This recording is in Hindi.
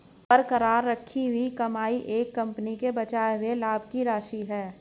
बरकरार रखी गई कमाई एक कंपनी के बचे हुए लाभ की राशि है